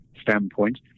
standpoint